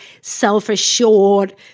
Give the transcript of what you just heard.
self-assured